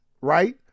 right